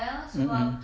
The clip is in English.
mm mm